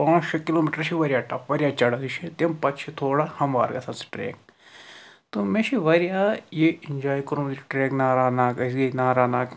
پانٛژھ شےٚ kilometre چھِ واریاہ ٹَف واریاہ چَڑٲے چھِ تَمہِ پَتہٕ چھِ تھوڑا ہموار گژھان سُہ ٹرٛیک تہٕ مےٚ چھِ واریاہ یہِ اٮ۪نجاے کوٚرمُت یہِ ٹرٛیک نارا ناگ أسۍ گٔے نارا ناگ